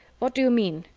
what do you mean?